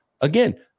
again